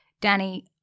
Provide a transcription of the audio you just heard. Danny